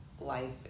life